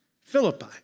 Philippi